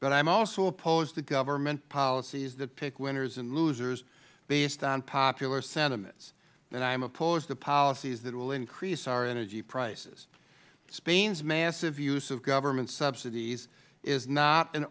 but i am also opposed to government policies that pick winners and losers based on popular sentiments and i am opposed to policies that will increase our energy prices spain's massive use of government subsidies is not